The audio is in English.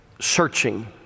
searching